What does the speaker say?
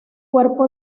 cuerpo